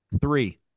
Three